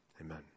Amen